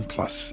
Plus